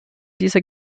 dieser